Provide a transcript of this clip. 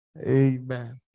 Amen